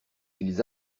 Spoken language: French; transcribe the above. ils